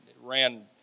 ran